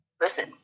listen